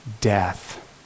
death